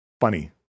funny